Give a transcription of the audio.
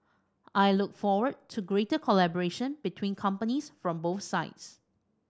I look forward to greater collaboration between companies from both sides